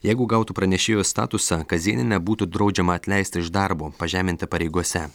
jeigu gautų pranešėjo statusą kazėnienę nebūtų draudžiama atleisti iš darbo pažeminti pareigose